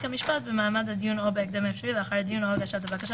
המשפט "במעמד הדיון או בהקדם האפשרי לאחר הדיון או הגשת הבקשה,